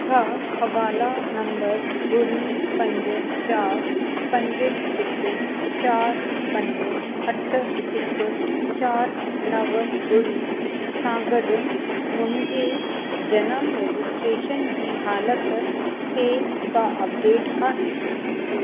छा हवाला नम्बर ॿुड़ी पंज चारि पंज हिकु चारि पंज अठ हिकु चारि नव ॿुड़ी सां गॾु मुंहिंजे जनम रजिस्ट्रेशन जी हालति ते का अपडेट आहे